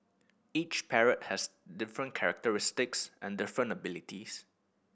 each parrot has different characteristics and different abilities